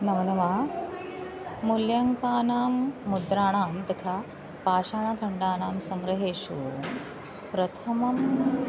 नमो नमः मूल्याङ्कानां मुद्राणां तथा पाषाणखण्डानां सङ्ग्रहेषु प्रथमम्